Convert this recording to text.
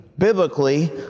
biblically